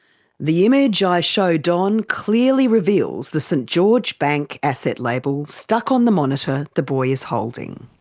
the image i show don clearly reveals the st george bank asset label stuck on the monitor the boy is holding.